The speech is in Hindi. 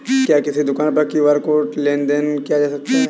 क्या किसी दुकान पर क्यू.आर कोड से लेन देन देन किया जा सकता है?